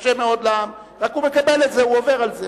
קשה מאוד לעם, רק הוא מקבל את זה, הוא עובר על זה.